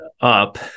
up